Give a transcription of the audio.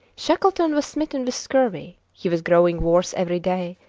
shackleton was smitten with scurvy he was growing worse every day,